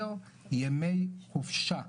יותר ימי חופשה לעשות.